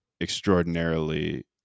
extraordinarily